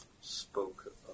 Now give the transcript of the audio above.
spoke